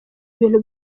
ibintu